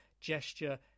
gesture